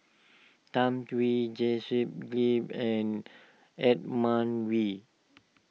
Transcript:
Tham Yui Joseph wave and Edmund Wee